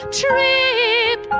trip